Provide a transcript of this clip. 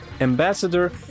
Ambassador